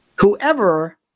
Whoever